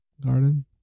garden